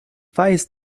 weiß